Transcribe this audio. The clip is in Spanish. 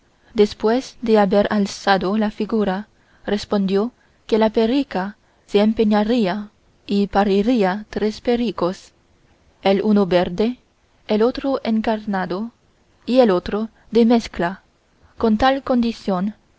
después de haber alzado la figura respondió que la perrica se empreñaría y pariría tres perricos el uno verde el otro encarnado y el otro de mezcla con tal condición